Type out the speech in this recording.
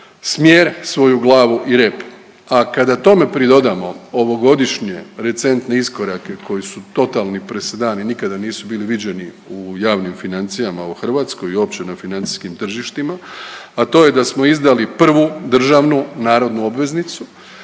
smjer, svoju glavu i rep, a kada tome pridodamo ovogodišnje recentne iskorake koji su totalni presedan i nikada nisu bili viđeni u javnim financijama u Hrvatskoj i uopće na financijskim tržištima, a to je da smo izdali prvu državnu narodnu obveznicu